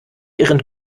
ihren